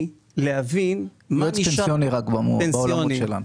יועץ פנסיוני, בעולמות שלנו.